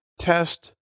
test